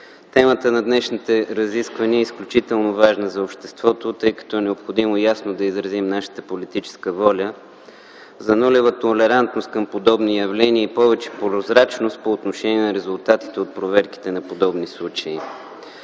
Темата на днешните разисквания е изключително важна за обществото, тъй като е необходимо ясно да изразим нашата политическа воля за нулева толерантност към подобни явления и повече прозрачност по отношение на резултатите от проверките на подобни случаи.